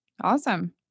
Awesome